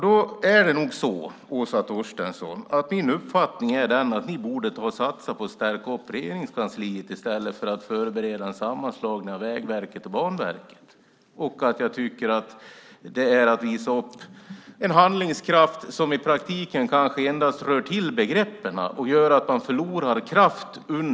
Då är nog min uppfattning den, Åsa Torstensson, att ni borde satsa på att förstärka Regeringskansliet i stället för att förbereda en sammanslagning av Vägverket och Banverket. Jag tycker att det är att visa på en handlingskraft som i praktiken kanske endast rör till begreppen och gör att man under lång tid förlorar kraft.